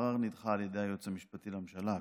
הערר נדחה על ידי היועץ המשפטי לממשלה הקודם.